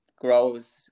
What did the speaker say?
grows